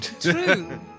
True